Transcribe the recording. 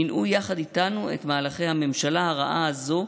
מנעו יחד איתנו את מהלכי הממשלה הרעה הזו,